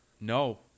no